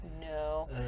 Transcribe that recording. No